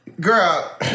Girl